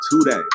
today